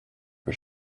for